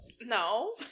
No